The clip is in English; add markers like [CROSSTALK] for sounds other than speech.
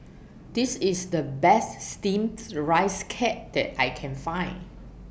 This IS The Best Steamed [UNINTELLIGIBLE] Rice Cake that I Can Find